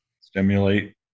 Stimulate